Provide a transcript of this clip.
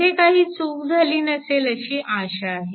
येथे काही चूक झाली नसेल अशी अशा आहे